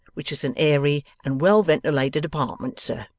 which is an airy and well-ventilated apartment, sir